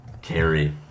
carry